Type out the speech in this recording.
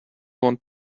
want